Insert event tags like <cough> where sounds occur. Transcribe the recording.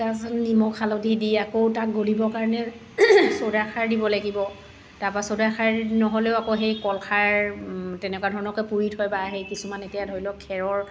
<unintelligible> নিমখ হালধি দি আকৌ তাক গলিব কাৰণে চৌদাখাৰ দিব লাগিব তাৰপৰা চৌদাখাৰ নহ'লেও আকৌ সেই কলখাৰ তেনেকুৱা ধৰণৰকৈ পুৰি থয় বা সেই তেনেকুৱা কিছুমান এতিয়া ধৰি লওক খেৰৰ